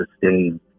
sustain